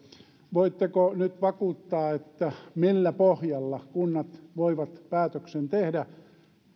voitteko nyt vakuuttaa millä pohjalla kunnat voivat päätöksen tehdä